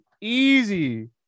easy